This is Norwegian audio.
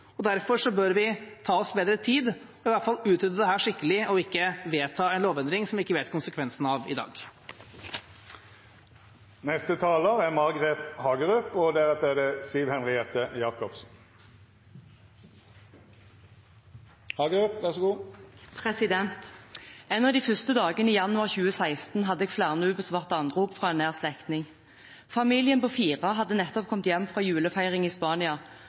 sikt. Derfor bør vi ta oss bedre tid til i hvert fall å utrede dette skikkelig og ikke vedta en lovendring som vi ikke kjenner konsekvensene av i dag. En av de første dagene i januar 2016 hadde jeg flere ubesvarte anrop fra en nær slektning. Familien på fire hadde nettopp kommet hjem fra julefeiring i Spania